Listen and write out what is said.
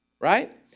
Right